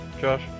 Josh